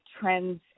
trends